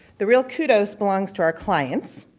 the real kudos belongs to our clients.